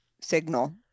signal